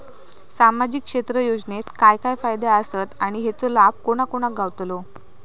सामजिक क्षेत्र योजनेत काय काय फायदे आसत आणि हेचो लाभ कोणा कोणाक गावतलो?